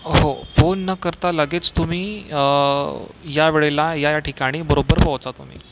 हो फोन न करता लगेच तुम्ही या वेळेला या या ठिकाणी बरोबर पोचा तुम्ही